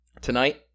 Tonight